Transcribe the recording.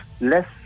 less